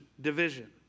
division